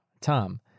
Tom